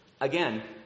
Again